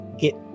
get